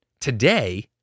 Today